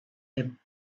him